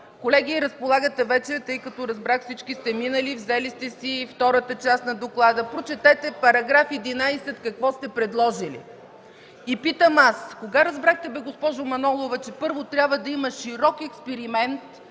колеги, разполагате вече, тъй като разбрах, че всички сте минали и сте взели втората част на доклада, прочетете какво сте предложили в § 11. Питам аз: кога разбрахте, госпожо Манолова, че първо трябва да има широк експеримент